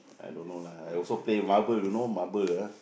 I don't know lah I also play marble you know marble ah